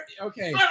Okay